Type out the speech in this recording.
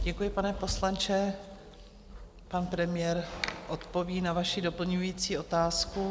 Děkuji, pane poslanče, pan premiér odpoví na vaši doplňující otázku.